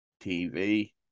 TV